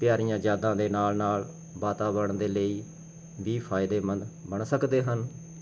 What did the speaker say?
ਪਿਆਰੀਆਂ ਜ਼ਿਆਦਾ ਦੇ ਨਾਲ ਨਾਲ ਵਾਤਾਵਰਣ ਦੇ ਲਈ ਕੀ ਫਾਇਦੇ ਬਣ ਬਣ ਸਕਦੇ ਹਨ